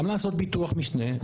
גם לעשות ביטוח משנה.